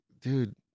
Dude